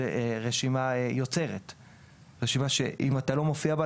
זו רשימה יוצרת; שאם אתה לא מופיע בה,